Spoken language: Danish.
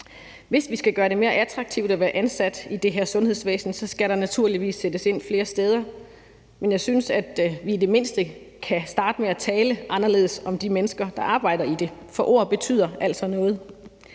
Hvis vi skal gøre det mere attraktivt at være ansat i det her sundhedsvæsen, skal der naturligvis sættes ind flere steder, men jeg synes, at vi i det mindste kan starte med at tale anderledes om de mennesker, der arbejder i det – for ord betyder altså noget.